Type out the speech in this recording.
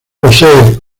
posee